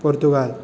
Portugal